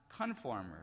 conformers